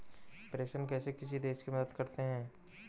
प्रेषण कैसे किसी देश की मदद करते हैं?